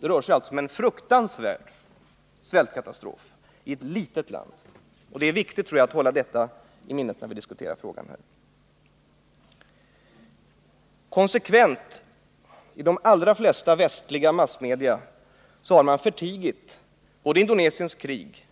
Det rör sig alltså om en fruktansvärd svältkatastrof — i ett litet land; det är viktigt att hålla detta i minnet när vi diskuterar denna fråga. De allra flesta västliga massmedia har konsekvent förtigit både Indonesiens krig